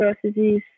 processes